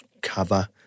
cover